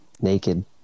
naked